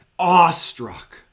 Awestruck